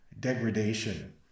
degradation